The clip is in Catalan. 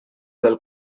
del